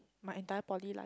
my entire poly lah